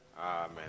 Amen